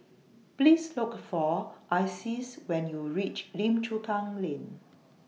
Please Look For Isis when YOU REACH Lim Chu Kang Lane